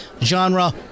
genre